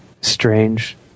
strange